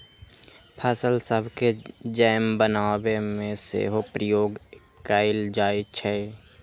फल सभके जैम बनाबे में सेहो प्रयोग कएल जाइ छइ